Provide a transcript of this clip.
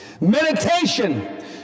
Meditation